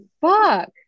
Fuck